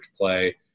play